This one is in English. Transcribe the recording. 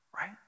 right